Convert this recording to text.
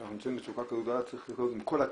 כשאנחנו נמצאים במצוקה כל כך גדולה צריך להיות עם כל הכלים,